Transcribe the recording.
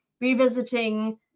revisiting